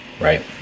right